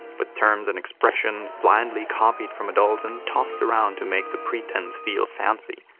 with terms and expressions blindly copied from adults and tossed around to make the pretense feel fancy.